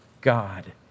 God